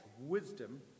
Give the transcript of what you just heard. wisdom